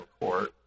court